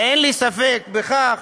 ואין לי ספק בכך.